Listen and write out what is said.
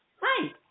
Hi